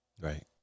Right